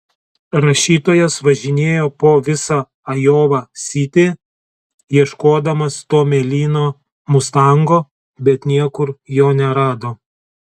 rašytojas važinėjo po visą ajova sitį ieškodamas to mėlyno mustango bet niekur jo nerado